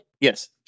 Yes